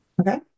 Okay